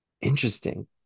Interesting